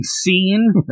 seen